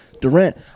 Durant